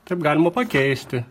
taip galima pakeisti